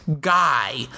guy